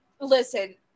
listen